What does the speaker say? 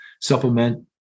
supplement